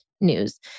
news